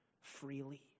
freely